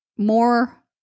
More